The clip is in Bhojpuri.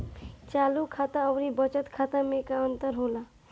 चालू खाता अउर बचत खाता मे का अंतर होला?